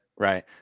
right